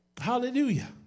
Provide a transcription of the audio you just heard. Hallelujah